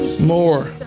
More